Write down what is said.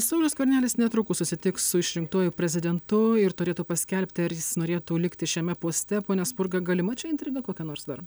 saulius skvernelis netrukus susitiks su išrinktuoju prezidentu ir turėtų paskelbti ar jis norėtų likti šiame poste pone spurga galima čia intriga kokia nors dar